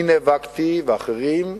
אני נאבקתי, ואחרים.